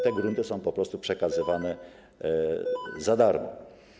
Te grunty są po prostu przekazywane za darmo.